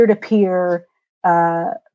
peer-to-peer